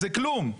זה כלום.